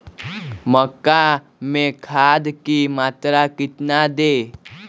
मक्का में खाद की मात्रा कितना दे?